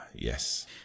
yes